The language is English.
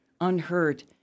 unhurt